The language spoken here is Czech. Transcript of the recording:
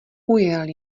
ujel